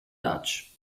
dutch